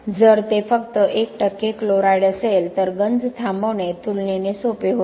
जर ते फक्त 1 टक्के क्लोराईड असेल तर गंज थांबवणे तुलनेने सोपे होते